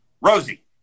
Rosie